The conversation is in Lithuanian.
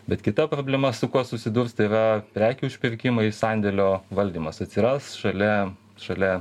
bet kita problema su kuo susidurs tai yra prekių išpirkimai sandėlio valdymas atsiras šalia šalia